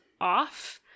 off